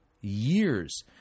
years